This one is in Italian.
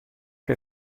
che